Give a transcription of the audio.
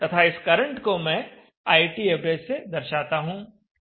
तथा इस करंट को मैं ITav से दर्शाता हूं